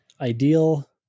ideal